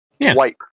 wipe